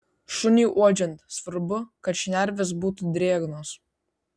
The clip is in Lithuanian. šuniui uodžiant svarbu kad šnervės būtų drėgnos